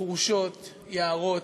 חורשות, יערות,